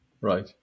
right